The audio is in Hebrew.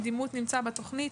דימות נמצא בתוכנית,